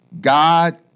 God